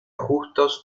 justos